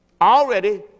already